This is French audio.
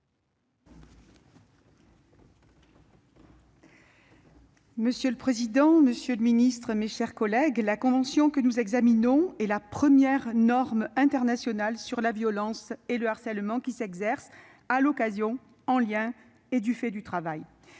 Monsieur le président, monsieur le secrétaire d'État, mes chers collègues, la convention que nous examinons est la première norme internationale sur la violence et le harcèlement qui s'exercent « à l'occasion, en lien avec ou du fait du travail